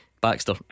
Baxter